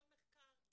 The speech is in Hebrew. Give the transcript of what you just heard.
כל מחקר,